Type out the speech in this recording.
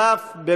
נוסף על כך,